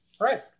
Right